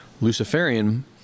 Luciferian